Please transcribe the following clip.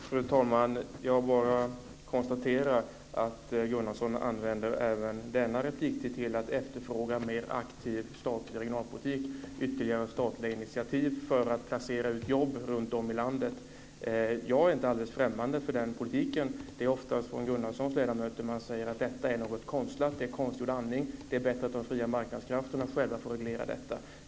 Fru talman! Jag bara konstaterar att Rolf Gunnarsson använder även denna repliktid till att efterfråga mer aktiv statlig regionalpolitik, ytterligare statliga initiativ, för att placera ut jobb runtom i landet. Jag är inte alldeles främmande för denna politik. Det är oftast från Rolf Gunnarssons partikamrater som man säger att detta är något konstlat. Det är konstgjord andning. Det är bättre att de fria marknadskrafterna själva får reglera detta.